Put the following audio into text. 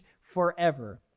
forever